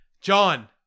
John